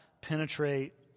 penetrate